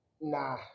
nah